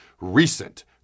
recent